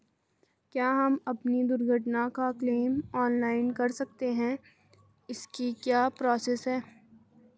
क्या हम अपनी दुर्घटना का क्लेम ऑनलाइन कर सकते हैं इसकी क्या प्रोसेस है?